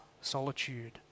solitude